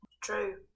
True